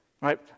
Right